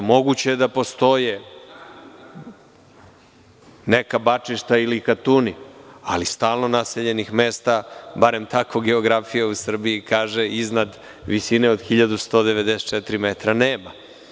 Moguće je da postoje neka bačišta ili katuni, ali stalno naseljenih mesta, barem tako geografija uSrbiji kaže, iznad visine od 1.194 m nema.